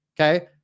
Okay